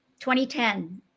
2010